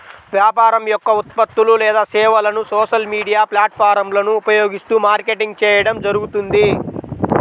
వ్యాపారం యొక్క ఉత్పత్తులు లేదా సేవలను సోషల్ మీడియా ప్లాట్ఫారమ్లను ఉపయోగిస్తూ మార్కెటింగ్ చేయడం జరుగుతుంది